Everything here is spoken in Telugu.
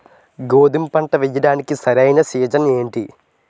గోధుమపంట వేయడానికి సరైన సీజన్ ఏంటి?